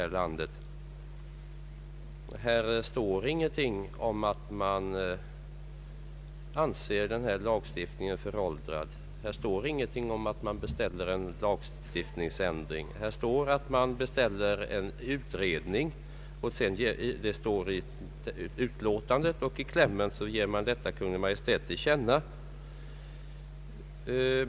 I utlåtandet står ingenting om att man anser den gällande lagstiftningen föråldrad, och det står ingenting om att man vill beställa en lagstiftningsändring. I utlåtandet står att man beställer en utredning, och i klämmen vill man ge Kungl. Maj:t detta till känna.